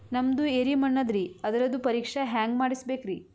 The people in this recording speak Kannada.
ನಮ್ದು ಎರಿ ಮಣ್ಣದರಿ, ಅದರದು ಪರೀಕ್ಷಾ ಹ್ಯಾಂಗ್ ಮಾಡಿಸ್ಬೇಕ್ರಿ?